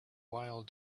while